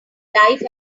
life